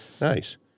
Nice